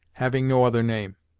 having no other name!